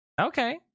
Okay